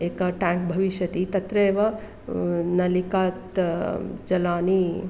एका टाङक् भविष्यति तत्रैव न् नलिकात् जलम्